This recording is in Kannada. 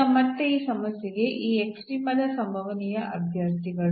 ಈಗ ಮತ್ತೆ ಈ ಸಮಸ್ಯೆಗೆ ಈ ಎಕ್ಸ್ಟ್ರೀಮದ ಸಂಭವನೀಯ ಅಭ್ಯರ್ಥಿಗಳು